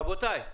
אבל באופן כללי,